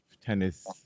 tennis